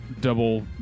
double